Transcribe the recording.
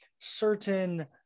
certain